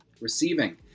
Receiving